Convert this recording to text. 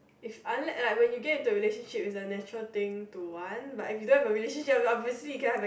is unlike like when you get to relationship is natural thing to want but if you don't have a relationship then obviously you can have a